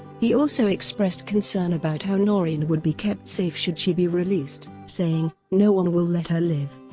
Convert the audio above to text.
he also expressed concern about how noreen would be kept safe should she be released, saying, no one will let her live.